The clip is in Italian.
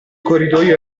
corridoio